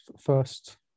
first